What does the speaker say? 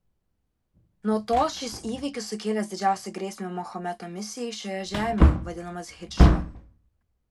nuo tol šis įvykis sukėlęs didžiausią grėsmę mahometo misijai šioje žemėje vadinamas hidžra